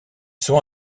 sont